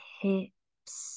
hips